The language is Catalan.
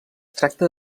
tracta